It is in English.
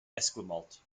esquimalt